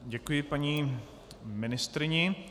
Děkuji paní ministryni.